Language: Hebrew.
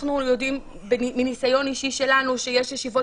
אנחנו יודעים מניסיון אישי שלנו שיש ישיבות